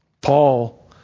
Paul